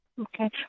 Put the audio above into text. Okay